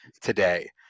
today